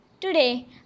Today